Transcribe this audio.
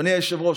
אדוני היושב-ראש,